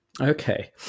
Okay